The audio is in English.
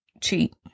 cheap